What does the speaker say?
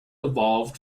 evolved